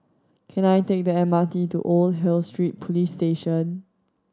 can I take the M R T to Old Hill Street Police Station